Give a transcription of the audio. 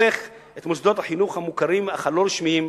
הופך את מוסדות החינוך המוכרים אך הלא-רשמיים